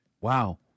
Wow